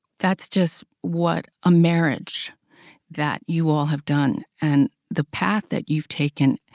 that's just. what a marriage that you all have done. and the path that you've taken.